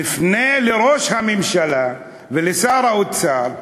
נפנה לראש הממשלה ולשר האוצר,